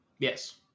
Yes